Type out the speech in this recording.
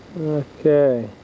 Okay